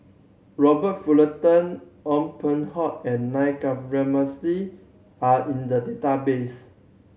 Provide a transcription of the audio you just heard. Robert Fullerton Ong Peng Hock and Na Govindasamy are in the database